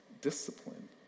discipline